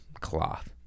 cloth